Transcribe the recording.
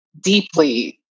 deeply